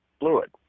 fluid